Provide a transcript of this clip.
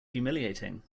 humiliating